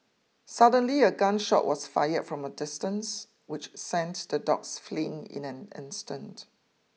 suddenly a gun shot was fired from a distance which sends the dogs fleeing in an instant